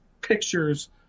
pictures